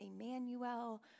Emmanuel